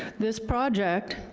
this project,